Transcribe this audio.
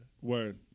Word